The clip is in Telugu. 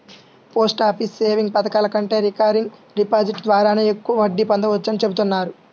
పోస్టాఫీస్ సేవింగ్స్ పథకాల కంటే రికరింగ్ డిపాజిట్ ద్వారానే ఎక్కువ వడ్డీ పొందవచ్చని చెబుతున్నారు